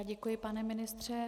Děkuji, pane ministře.